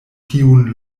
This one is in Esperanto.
tiun